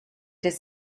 his